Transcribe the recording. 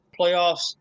playoffs